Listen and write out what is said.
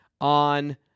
on